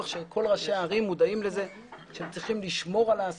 שכל ראשי הערים מודעים לכך שהם צריכים לשמור על העסקים,